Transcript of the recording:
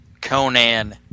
Conan